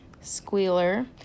Squealer